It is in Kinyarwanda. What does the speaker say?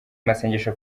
masengesho